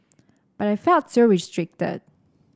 but I felt so restricted